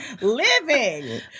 living